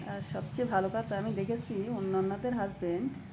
আর সবচেয়ে ভালো কথা আমি দেখেছি অন্যান্যাদের হাসবেন্ড